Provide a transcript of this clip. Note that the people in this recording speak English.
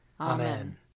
Amen